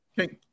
Okay